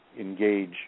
engage